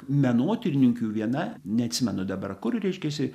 menotyrininkių viena neatsimenu dabar kur reiškiasi